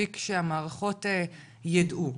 מספיק שהמערכות יידעו,